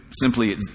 simply